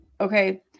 Okay